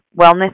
wellness